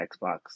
xbox